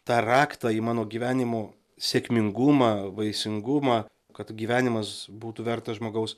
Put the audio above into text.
tą raktą į mano gyvenimo sėkmingumą vaisingumą kad gyvenimas būtų vertas žmogaus